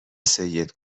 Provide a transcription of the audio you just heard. سید